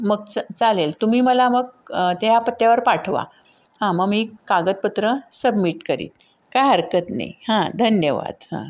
मग च चालेल तुम्ही मला मग त्या पत्त्यावर पाठवा हां मग मी कागदपत्रं सबमिट करीन काय हरकत नाही हां धन्यवाद हां